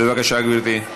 בבקשה, גברתי.